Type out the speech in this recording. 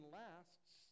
lasts